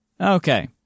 Okay